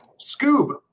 Scoob